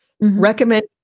recommend